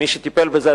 מי שטיפל בזה,